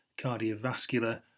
cardiovascular